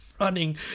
running